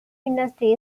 industry